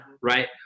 right